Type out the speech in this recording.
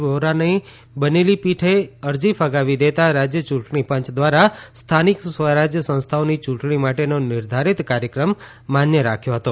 વોરાની બનેલી પીઠે અરજી ફગાવી દેતાં રાજય ચુંટણી પંચ ધ્વારા સ્થાનિક સ્વરાજય સંસ્થાઓની ચુંટણી માટેનો નિર્ધારીત કાર્યક્રમ માન્ય રાખ્યો હતો